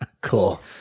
Cool